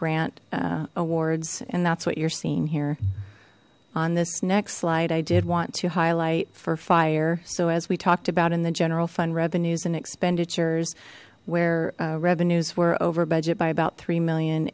grant awards and that's what you're seeing here on this next slide i did want to highlight for fire so as we talked about in the general fund revenues and expenditures where revenues were over budget by about three million